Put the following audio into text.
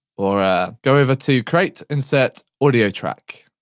or go over to create, insert audio track.